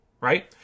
right